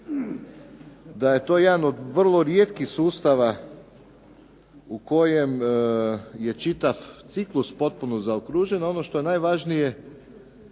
da je to jedan od vrlo rijetkih sustava u kojem je čitav ciklus potpuno zaokružen. A ono što je najvažnije